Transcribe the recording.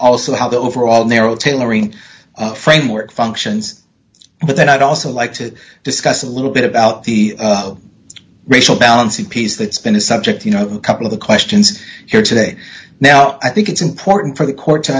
also how the overall narrow tailoring framework functions but i'd also like to discuss a little bit about the racial balancing piece that's been a subject you know a couple of the questions here today now i think it's important for the court to